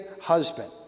husband